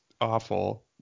awful